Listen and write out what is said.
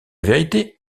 vérité